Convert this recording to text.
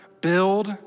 build